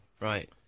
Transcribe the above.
right